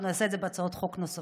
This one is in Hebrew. ואנחנו נעשה את זה בהצעות חוק נוספות,